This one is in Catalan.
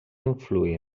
influir